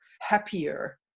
happier